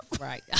Right